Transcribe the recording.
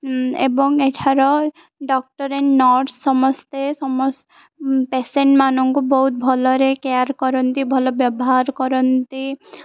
ଏବଂ ଏଠାର doctor and nurse ସମସ୍ତେ ସମସ ପେସେଣ୍ଟ ମାନଙ୍କୁ ବହୁତ ଭଲରେ କେୟାର କରନ୍ତି ଭଲ ବ୍ୟବହାର କରନ୍ତି